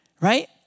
Right